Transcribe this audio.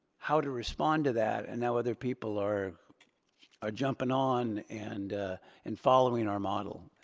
how to respond to that. and now other people are are jumping on and and following our model.